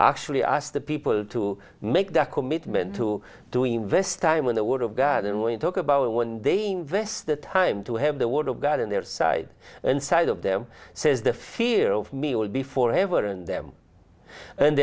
actually asked the people to make the commitment to doing invest time in the word of god and when you talk about it when they invest the time to have the word of god on their side and side of them says the fear of me will be for ever and them and